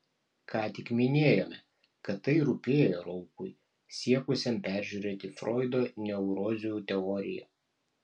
ką tik minėjome kad tai rūpėjo raukui siekusiam peržiūrėti froido neurozių teoriją